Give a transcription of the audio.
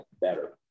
better